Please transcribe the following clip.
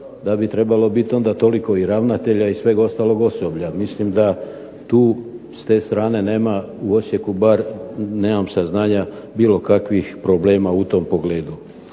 da bi trebalo biti toliko ravnatelja i svega ostalog osoblja. Mislim da tu s te strane nema u Osijeku barem nemam saznanja bilo kakvih problema u tom pogledu.